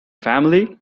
family